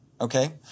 okay